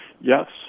Yes